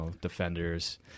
defenders